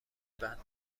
بعد